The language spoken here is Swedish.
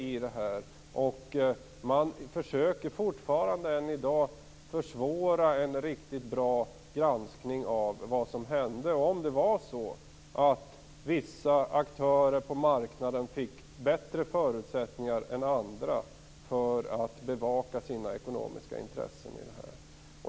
Man försöker fortfarande försvåra en riktigt bra granskning av vad som hände. Var det så att vissa aktörer på marknaden fick bättre förutsättningar än andra för att bevaka sina ekonomiska intressen?